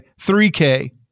3k